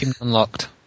Unlocked